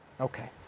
Okay